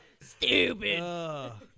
Stupid